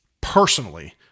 personally